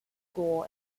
school